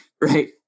right